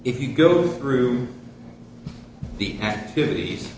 if you go through the activities